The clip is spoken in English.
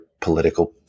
political